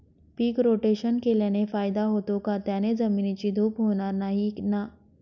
पीक rotation केल्याने फायदा होतो का? त्याने जमिनीची धूप होणार नाही ना?